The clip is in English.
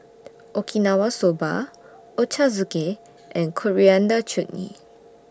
Okinawa Soba Ochazuke and Coriander Chutney